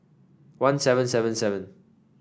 one seven seven seven